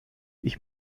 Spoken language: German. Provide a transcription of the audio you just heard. ich